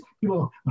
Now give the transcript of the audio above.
People